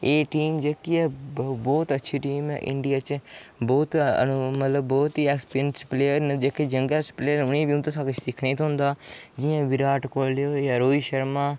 एह् टीम जेह्की ऐ बहुत अच्छी टीम ऐ इंडिया च बहुत मतलब बहुत ई ऐक्सपिरयंस प्लेयर न जेह्के यंगैस्ट प्लेयर न उ'नें गी उं'दें शा किश सिक्खने गी थ्होंदा जि'यां विराट कोहली होई गेआ रोहित शर्मा